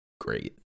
great